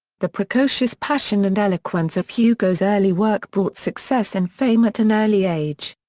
the precocious passion and eloquence of hugo's early work brought success and fame at an early age.